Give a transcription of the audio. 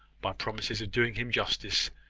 by promises of doing him justice,